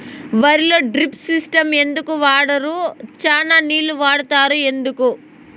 వరిలో drip system ఎందుకు వాడరు? చానా నీళ్లు వాడుతారు ఎందుకు?